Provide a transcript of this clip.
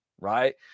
right